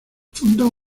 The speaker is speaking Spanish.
fundó